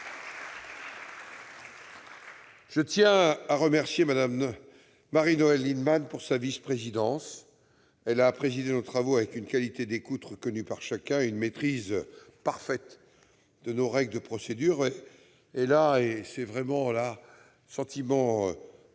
Je tiens à remercier Mme Marie-Noëlle Lienemann pour sa vice-présidence. Elle a présidé nos travaux avec une qualité d'écoute reconnue par chacun et une maîtrise parfaite de nos règles de procédure. J'ajouterai un sentiment personnel,